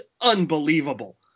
unbelievable